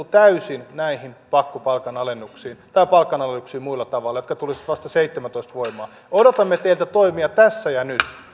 täysin näihin pakkopalkanalennuksiin tai palkanalennuksiin muilla tavoilla jotka tulisivat vasta seitsemääntoista voimaan me odotamme teiltä toimia tässä ja nyt